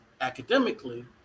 academically